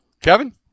Kevin